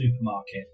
supermarket